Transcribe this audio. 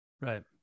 Right